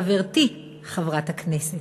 חברתי חברת הכנסת,